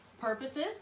purposes